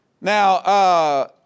Now